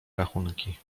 rachunki